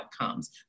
outcomes